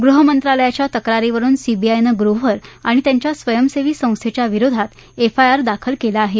गृहमंत्रालयाच्या तक्रारीवरुन सीबीआयनं ग्रोव्हर आणि त्यांच्या स्वयंसेवी संस्थेच्या विरोधात एफआयआर दाखल केला आहे